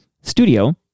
studio